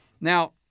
Now